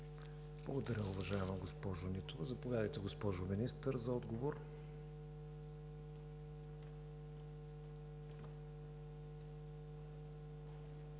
Благодаря, уважаема госпожо Нитова. Заповядайте, госпожо Министър, за отговор.